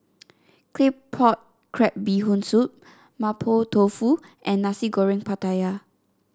Claypot Crab Bee Hoon Soup Mapo Tofu and Nasi Goreng Pattaya